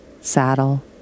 saddle